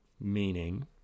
meaning